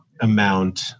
amount